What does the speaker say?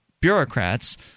bureaucrats